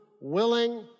willing